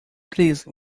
please